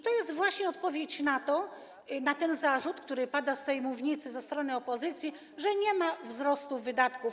To jest właśnie odpowiedź na ten zarzut, który pada z tej mównicy ze strony opozycji, że nie ma wzrostu wydatków.